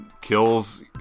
kills